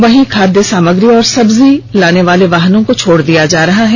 वहीं खाद्य सामग्री एवं सब्जी लानेवालो वाहनों को छोड़ दिया जा रहा है